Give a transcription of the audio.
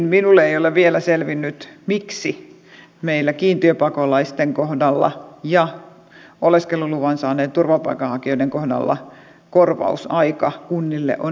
minulle ei ole vielä selvinnyt miksi meillä kiintiöpakolaisten kohdalla ja oleskeluluvan saaneiden turvapaikanhakijoiden kohdalla korvausaika kunnille on erilainen